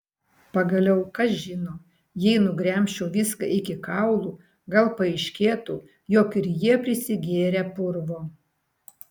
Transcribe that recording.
pagaliau kas žino jei nugremžčiau viską iki kaulų gal paaiškėtų jog ir jie prisigėrę purvo